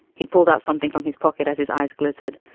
he pulled out something from his pocket as his eyes glittered.